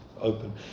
open